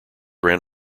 ran